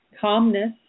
calmness